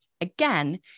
Again